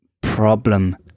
problem